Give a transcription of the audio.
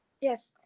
Yes